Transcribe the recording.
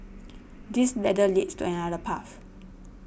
this ladder leads to another path